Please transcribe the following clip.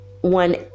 one